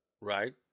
Right